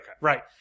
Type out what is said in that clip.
right